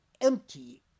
empty